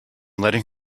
letting